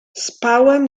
spałem